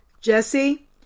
Jesse